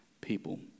people